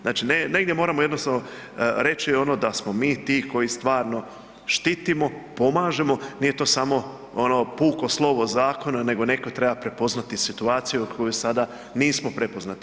Znači negdje moramo jednostavno reći ono da smo mi ti koji stvarno štitimo, pomažemo, nije to samo ono puko slovo zakona nego neko treba prepoznati situaciju koju sada nismo prepoznati.